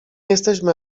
jesteśmy